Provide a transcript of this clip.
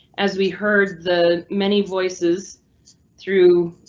as we heard the many voices through